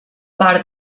part